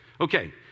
Okay